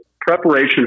preparation